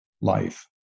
life